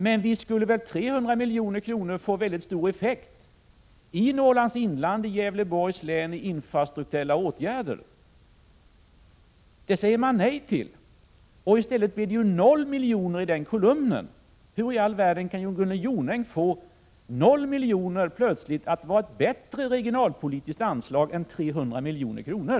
Men visst skulle väl 300 milj.kr. få stor effekt i Norrlands inland och i Gävleborgs län för infrastrukturella åtgärder! Det säger man nej till, och i stället blir det 0 miljoner. i den kolumnen. Hur i all världen kan Gunnel Jonäng plötsligt få O miljoner till att vara ett bättre regionalpolitiskt anslag än 300 milj.kr.?